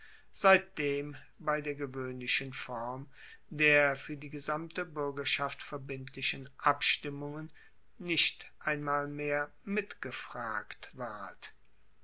seitdem bei der gewoehnlichen form der fuer die gesamte buergerschaft verbindlichen abstimmungen nicht einmal mehr mitgefragt ward